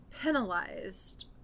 penalized